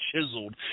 chiseled